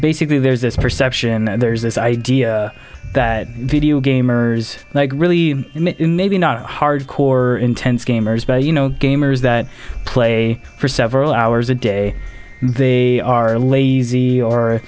basically there's this perception there's this idea that video gamers really hardcore intense gamers but you know gamers that play for several hours a day they are lazy or